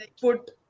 put